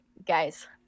guys